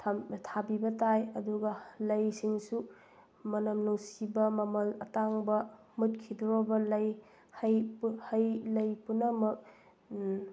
ꯊꯥꯕꯤꯕ ꯇꯥꯏ ꯑꯗꯨꯒ ꯂꯩꯁꯤꯡꯁꯨ ꯃꯅꯝ ꯅꯨꯡꯁꯤꯕ ꯃꯃꯜ ꯑꯇꯥꯡꯕ ꯃꯨꯠꯈꯤꯗꯧꯔꯕ ꯂꯩ ꯍꯩ ꯍꯩ ꯂꯩ ꯄꯨꯝꯅꯃꯛ